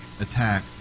attack